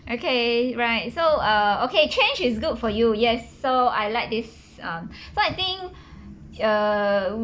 okay right so err okay change is good for you yes so I like this um so I think err